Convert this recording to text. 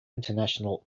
international